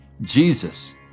Jesus